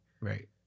Right